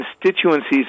constituencies